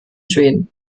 schweden